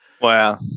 Wow